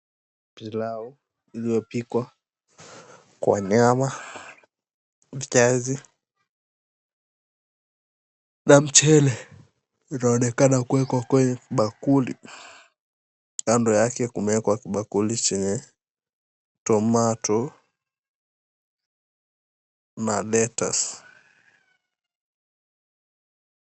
Pilau ilio pikwa kwa nyama, viazi na mchele zinaonekana kuwekwa kwenye bakuli. Kando yake kumeekwa kibakuli chenye tomato na lettuce .